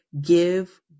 give